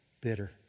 Bitter